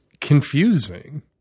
confusing